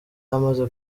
amaze